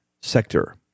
sector